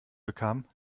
bekam